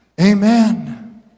Amen